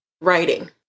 writing